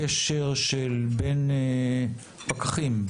בין פקחים,